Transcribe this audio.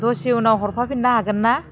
दसे उनाव हरफाफिननो हागोन ना